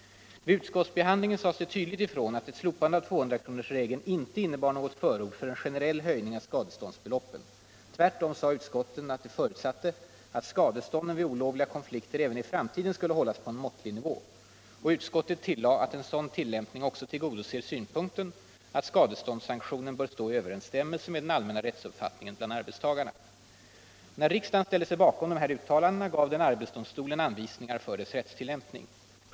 Vid utskottsbehandlingen sades det tydligt ifrån att ett slopande av 200-kronorsregeln inte innebar något förord för en generell höjning av skadeståndsbeloppen. Tvärtom sade utskottet att det förutsatte att skadestånden vid olovliga konflikter även i framtiden skulle hållas på en måttlig nivå. Och utskottet tillade att en sådan tillämpning också tillgodoser synpunkten att skadeståndssanktionen bör stå i överensstäm melse med den allmänna rättsuppfattningen bland arbetstagarna. När riksdagen ställde sig bakom dessa uttalanden gav den arbetsdomstolen anvisningar för dess rättstillämpning.